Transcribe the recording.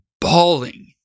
bawling